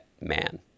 man